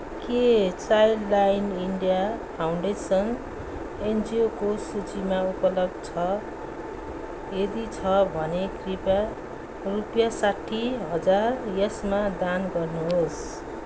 के Childline India Foundation एनजिओको सूचीमा उपलब छ यदि छ भने कृपया रुपियाँ साठी हजार यसमा दान गर्नुहोस्